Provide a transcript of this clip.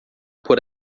por